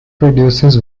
produces